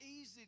easy